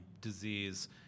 disease